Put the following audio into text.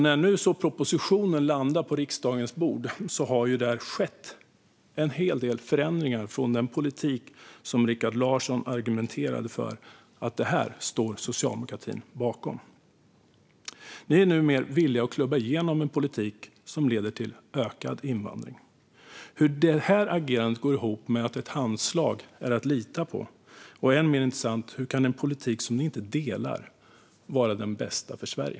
När nu propositionen landar på riksdagens bord har det skett en hel del förändringar från den politik som Rikard Larsson argumenterade för och sa att socialdemokratin står bakom. Ni är nu villiga att klubba igenom en politik som leder till ökad invandring. Hur går det agerandet ihop med att ett handslag är att lita på? Än mer intressant är: Hur kan en politik som ni inte delar vara den bästa för Sverige?